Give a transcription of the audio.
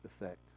effect